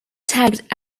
tagged